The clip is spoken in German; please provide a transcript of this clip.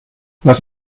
lass